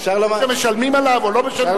משלמים עליו או לא משלמים עליו.